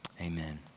Amen